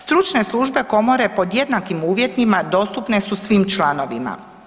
Stručne službe komore pod jednakim uvjetima dostupne su svim članovima.